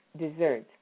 desserts